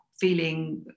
feeling